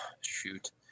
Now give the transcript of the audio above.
Shoot